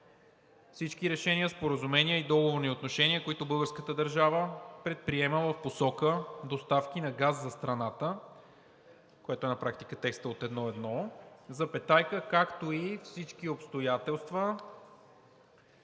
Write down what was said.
всички решения, споразумения и договорни отношения, които българската държава предприема в посока доставки на газ за страната“, което на практика е текстът от 1.1, запетая: „както и всички обстоятелства,